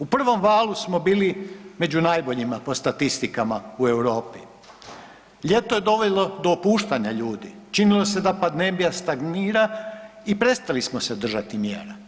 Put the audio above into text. U prvom valu smo bili među najboljima po statistikama u Europi, ljeto je dovelo do opuštanja ljudi, činilo se da pandemija stagnira i prestali smo se držati mjera.